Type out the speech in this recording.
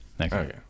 Okay